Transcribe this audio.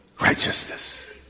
righteousness